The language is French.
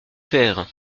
faire